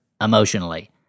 emotionally